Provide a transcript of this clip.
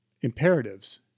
imperatives